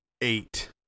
Eight